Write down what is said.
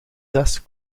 zes